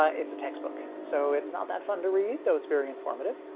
ah it's a textbook so it's not that fun to read though. it's very informative